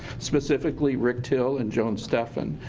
specifically rick till and joan stefen.